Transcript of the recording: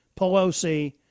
Pelosi